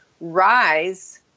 rise